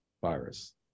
virus